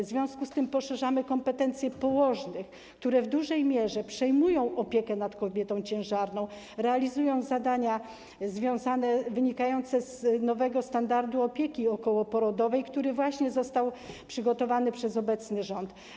W związku z tym poszerzamy kompetencje położnych, które w dużej mierze przejmują opiekę nad kobietą ciężarną, realizują zadania wynikające z nowego standardu opieki okołoporodowej, który został przygotowany przez obecny rząd.